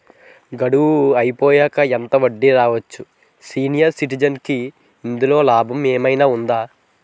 గడువు అయిపోయాక ఎంత వడ్డీ రావచ్చు? సీనియర్ సిటిజెన్ కి ఇందులో లాభాలు ఏమైనా ఉన్నాయా?